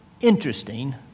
interesting